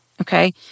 okay